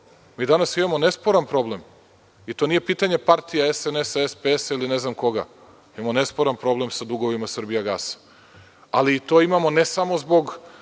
mi danas imamo nesporan problem i to nije pitanje partija SNS, SPS ili ne znam koga. Imamo nesporan problem sa dugom „Srbijagas“. To imamo, ne samo zbog